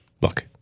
Look